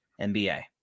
NBA